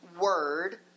word